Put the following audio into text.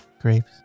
grapes